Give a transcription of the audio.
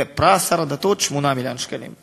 ופרס שר הדתות 8 מיליון שקלים.